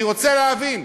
אני רוצה להבין.